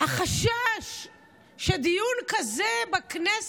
החשש שדיון כזה בכנסת,